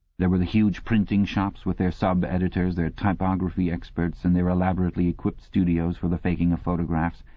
there were the huge printing-shops with their sub-editors, their typography experts, and their elaborately equipped studios for the faking of photographs.